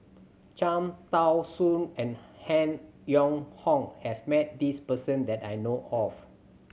Cham Tao Soon and Han Yong Hong has met this person that I know of